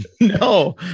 No